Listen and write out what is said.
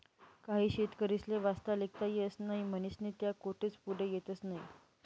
काही शेतकरीस्ले वाचता लिखता येस नही म्हनीस्नी त्या कोठेच पुढे येतस नही